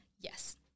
Yes